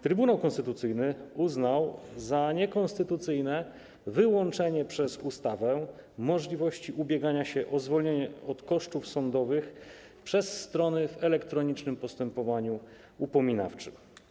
Trybunał Konstytucyjny uznał za niekonstytucyjne wyłączenie przez ustawę możliwości ubiegania się o zwolnienie z kosztów sądowych przez strony w elektronicznym postępowaniu upominawczym.